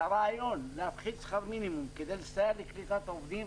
שהרעיון להפחית שכר מינימום כדי לסייע לקליטת עובדים